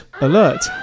alert